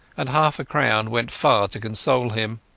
and half-a-crown went far to console him.